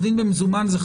אין